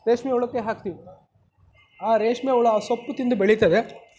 ರೇಷ್ಮೆ ಹುಳಕ್ಕೆ ಹಾಕ್ತೀವಿ ಆ ರೇಷ್ಮೆ ಹುಳು ಆ ಸೊಪ್ಪು ತಿಂದು ಬೆಳೀತದೆ